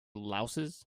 louses